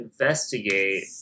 investigate